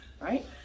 right